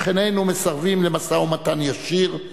שכנינו מסרבים למשא-ומתן ישיר,